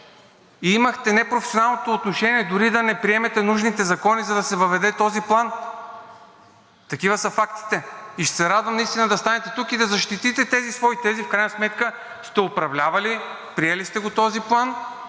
и имахте непрофесионалното отношение дори да не приемете нужните закони, за да се въведе този план – такива са фактите, ще се радвам наистина да станете тук и да защитите своите тези. В крайна сметка сте управлявали, приели сте този план